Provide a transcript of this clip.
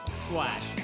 slash